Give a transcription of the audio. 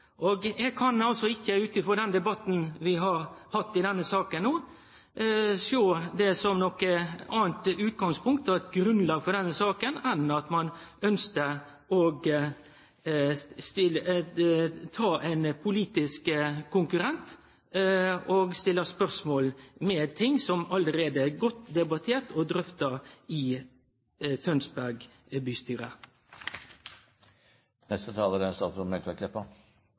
Eg kan altså ikkje ut frå den debatten vi har hatt no, sjå at det er noko anna utgangspunkt og grunnlag for denne saka enn at ein ønskjer å ta ein politisk konkurrent og stille spørsmål ved ting som allereie er godt debattert og drøfta i Tønsberg bystyre. Eg er ein smule overraska over innhaldet i ei rekkje innlegg frå Framstegspartiet. Eg